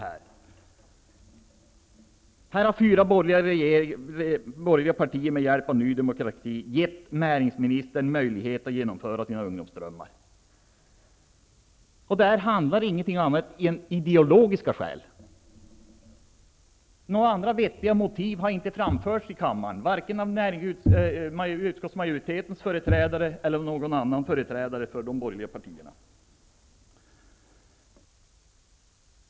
Här har fyra borgerliga partier med hjälp av Ny demokrati gett näringsministern möjlighet att genomföra sina ungdomsdrömmar. Det handlar inte om något annat än ideologiska skäl. Några andra vettiga motiv har inte framförts i kammaren, varken av utskottsmajoritetens företrädare eller någon annan företrädare för de borgerliga partierna.